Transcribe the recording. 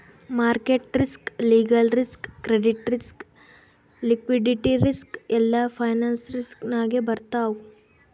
market risk, legal risk, credit risk, liquidity risk ಎಲ್ಲಾ finance risk ನಾಗೆ ಬರ್ತಾವ್